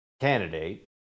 candidate